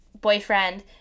boyfriend